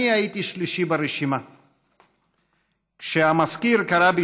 אבל אנחנו מציינים זאת היום כמחווה לראשון יישובי גוש קטיף,